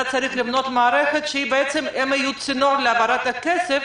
אתה צריך לבנות מערכת שבעצם הם יהיו צינור להעברת הכסף,